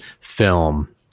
film